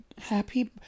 Happy